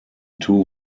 two